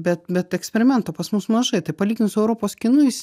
bet bet eksperimento pas mus mažai tai palyginus su europos kinu jis